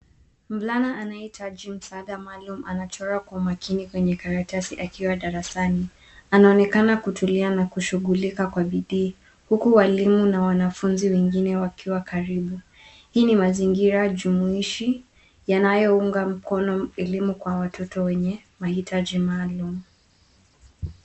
mvulana anayehitaji msaada maalum anachora kwa makini kwenye karatasi akiwa darasani anaonekana kutulia na kushughulika kwa bidii huku walimu na wanafunzi wengine wakiwa karibu hii ni mazingira jumuishi yanayounga mkono elimu kwa watoto wenye mahitaji maalum.